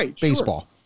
baseball